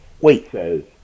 Wait